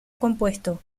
compuesto